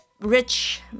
rich